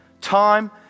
time